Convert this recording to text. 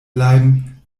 bleiben